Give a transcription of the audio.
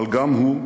אבל גם הוא,